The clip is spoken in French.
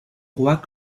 roi